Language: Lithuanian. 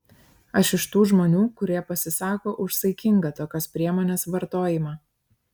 aš iš tų žmonių kurie pasisako už saikingą tokios priemonės vartojimą